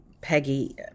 Peggy